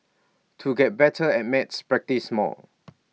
to get better at maths practise more